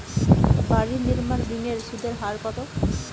বাড়ি নির্মাণ ঋণের সুদের হার কত?